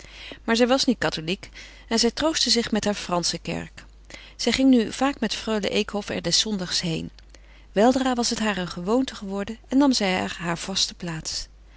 maar zij was niet katholiek en zij troostte zich met hare fransche kerk zij ging nu vaak met freule eekhof er des zondags heen weldra was het haar een gewoonte geworden en nam zij er hare vaste plaats